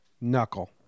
Knuckle